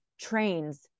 trains